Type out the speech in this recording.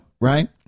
right